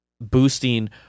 boosting